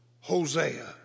Hosea